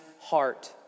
heart